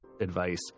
Advice